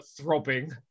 throbbing